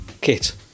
Kit